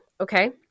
okay